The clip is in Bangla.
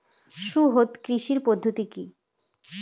সুসংহত কৃষি পদ্ধতি কি?